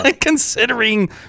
considering